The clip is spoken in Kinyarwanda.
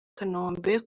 kanombe